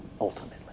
ultimately